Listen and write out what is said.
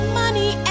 money